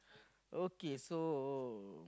okay so